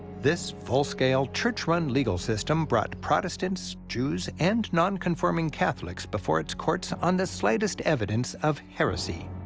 this full-scale, church-run legal system brought protestants, jews, and nonconforming catholics before its courts on the slightest evidence of heresy.